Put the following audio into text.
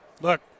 Look